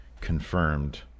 confirmed